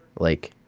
like,